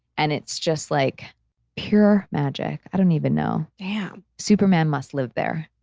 and it's just like pure magic. i don't even know. yeah superman must live there.